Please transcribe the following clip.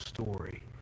story